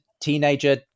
teenager